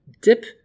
dip